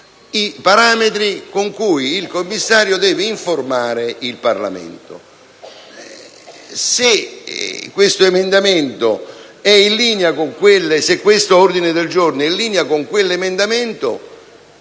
i parametri con cui il Commissario deve informare il Parlamento. Se l'ordine del giorno in questione è in linea con quell'emendamento